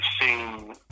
seen